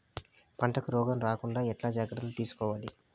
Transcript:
పంటకు రోగం రాకుండా ఎట్లా జాగ్రత్తలు తీసుకోవాలి?